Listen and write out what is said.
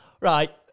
Right